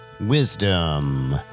wisdom